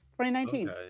2019